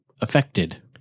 affected